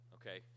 Okay